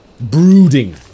brooding